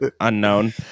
unknown